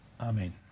Amen